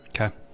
Okay